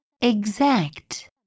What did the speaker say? exact